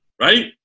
right